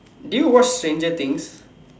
did you watch stranger-things